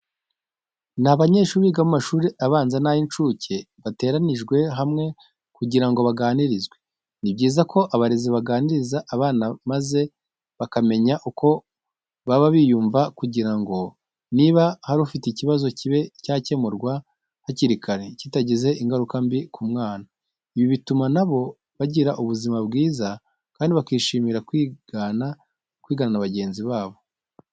Ni abanyeshuri biga mu mashuri abanza n'ay'incuke, bateranyirijwe hamwe kugira ngo baganirizwe. Ni byiza ko abarezi baganiriza abana maze bakamenya uko baba biyumva kugira ngo niba hari ufite ikibazo kibe cyakemurwa hakiri kare kitagize ingaruka mbi ku mwana. Ibi bituma na bo bagira ubuzima bwiza kandi bakishimira kwigana na bagenzi babo.